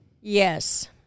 Yes